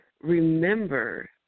remember